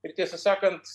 ir tiesą sakant